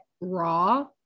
raw